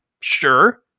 Sure